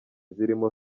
zirimo